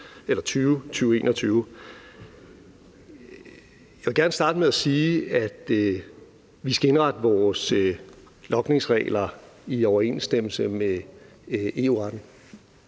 Jeg vil gerne starte med at sige, at vi skal indrette vores logningsregler i overensstemmelse med EU-retten.